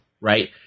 Right